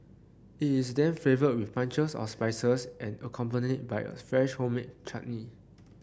it is then flavoured with punches of spices and accompanied by a fresh homemade chutney